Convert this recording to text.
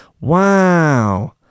Wow